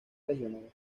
regional